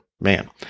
man